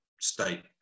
state